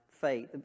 faith